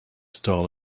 style